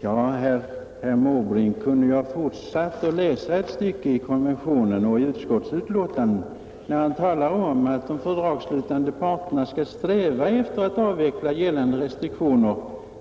Herr talman! Herr Måbrink kunde ha fortsatt att läsa ett stycke i konventionen och i utskottsbetänkandet. Han talade om att de fördragsslutande parterna skall sträva efter att avveckla gällande restriktioner